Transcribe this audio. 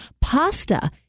pasta